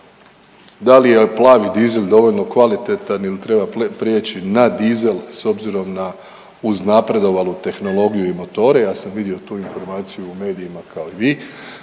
da li je plavi dizel dovoljno kvalitetan ili treba prijeći na dizel s obzirom na uznapredovalu tehnologiju i motore, ja sam vidio tu informaciju u medijima kao i vi,